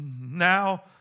now